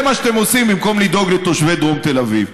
זה מה שאתם עושים במקום לדאוג לתושבי דרום תל אביב.